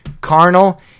Carnal